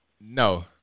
No